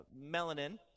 melanin